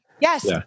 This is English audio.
Yes